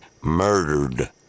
murdered